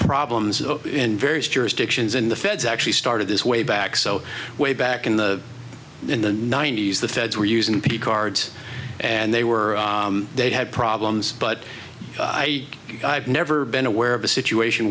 problems in various jurisdictions in the feds actually started this way back so way back in the in the ninety's the feds were using p cards and they were they had problems but i have never been aware of a situation